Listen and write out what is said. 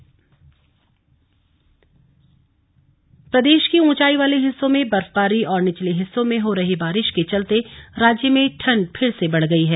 मौसम प्रदेश के ऊंचाई वाले हिस्सों में बर्फबारी और निचले हिस्सों में हो रही बारिश के चलते राज्य में ठण्ड फिर से बढ़ गई है